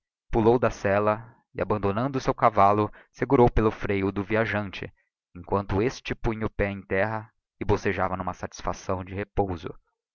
pulou da sella e abandonando o seu cavallo segurou pelo freio o do viajante emquanto este punha o pé erti terra e bocejava n'uma satisfação de repouso